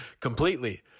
completely